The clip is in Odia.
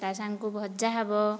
ତା ସାଙ୍ଗକୁ ଭଜା ହେବ